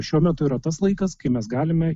šiuo metu yra tas laikas kai mes galime